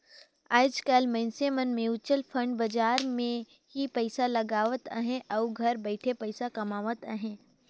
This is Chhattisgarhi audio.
आएज काएल मइनसे मन म्युचुअल फंड बजार मन में ही पइसा लगावत अहें अउ घर बइठे पइसा कमावत अहें